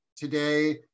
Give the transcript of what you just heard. today